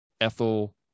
Ethel